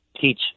teach